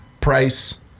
price